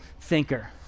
thinker